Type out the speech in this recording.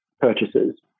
purchases